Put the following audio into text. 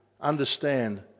understand